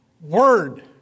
word